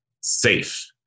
safe